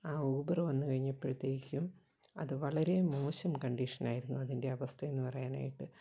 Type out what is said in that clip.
ആ ഊബറ് വന്നു കഴിഞ്ഞപ്പോഴത്തേക്കും അത് വളരെ മോശം കണ്ടീഷനായിരുന്നു അതിൻ്റെ അവസ്ഥയെന്ന് പറയാനായിട്ട്